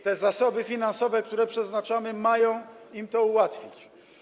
Te zasoby finansowe, które na to przeznaczamy, mają im to ułatwić.